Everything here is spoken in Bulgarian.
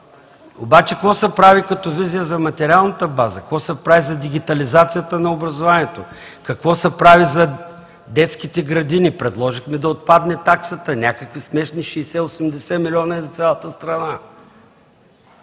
Обаче какво се прави като визия за материалната база? Какво се прави за дигитализацията на образованието? Какво се прави за детските градини? Предложихме да отпадне таксата – някакви смешни 60 – 80 млн. лв. са за цялата страна.